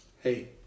Hey